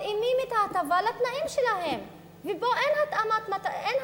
מתאימים את ההטבה לתנאים שלהם, ואין התאמת